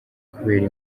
kubera